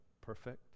perfect